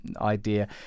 idea